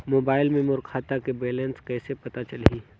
Mobile मे मोर खाता के बैलेंस कइसे पता चलही?